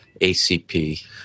ACP